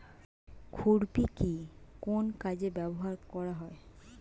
খুরপি কি কোন কাজে ব্যবহার করা হয়?